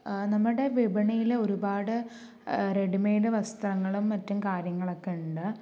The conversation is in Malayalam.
നമ്മുടെ വിപണിയില് ഒരുപാട് റെഡിമെയ്ഡ് വസ്ത്രങ്ങളും മറ്റും കാര്യങ്ങളൊക്കെ ഉണ്ട്